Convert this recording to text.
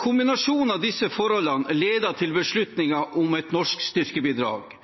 Kombinasjonen av disse forholdene ledet til beslutningen om et norsk styrkebidrag.